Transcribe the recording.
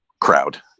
crowd